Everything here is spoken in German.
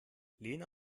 lena